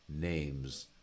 names